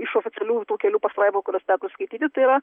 iš oficialių tų kelių pastraipų kurias teko skaityti tai yra